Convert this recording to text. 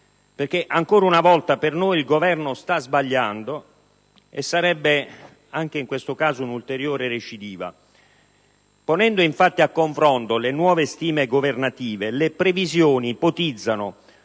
perché ancora una volta per noi il Governo sta sbagliando e sarebbe un'ulteriore recidiva. Ponendo infatti a confronto le nuove stime governative, le previsioni ipotizzano,